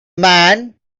man